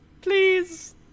please